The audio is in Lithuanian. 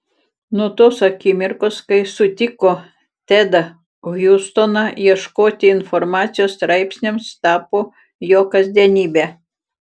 nuo tos akimirkos kai sutiko tedą hjustoną ieškoti informacijos straipsniams tapo jo kasdienybe